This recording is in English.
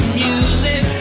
music